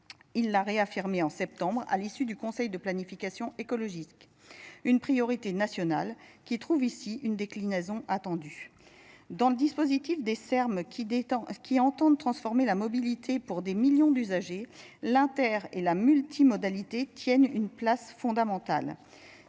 Il l'a réaffirmé, en septembre, à l'issue du conseil de planification écologique, une priorité nationale qui trouve ici une déclinaison attendue dans le dispositif des termes qui entendent transformer la mobilité pour des millions d'usagers l'inter et la multimodalité tiennent une place fondamentale